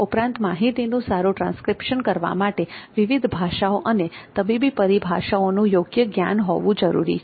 ઉપરાંત માહિતીનું સારું ટ્રાંસ્ક્રિપ્શન કરવા માટે વિવિધ ભાષાઓ તથા તબીબી પરિભાષાઓનું યોગ્ય જ્ઞાન હોવું જરૂરી છે